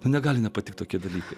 negali nepatikti tokie dalykai